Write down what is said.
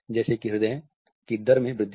जैसे कि हृदय की दर में वृद्धि